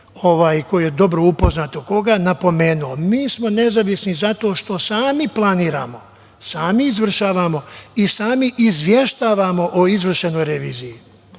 koji je dobro upoznat, napomenuo – mi smo nezavisni zato što sami planiramo, sami izvršavamo i sami izveštavamo o izvršenoj reviziji